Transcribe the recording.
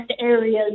areas